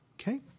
Okay